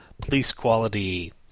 police-quality